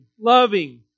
loving